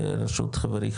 ברשות חברי,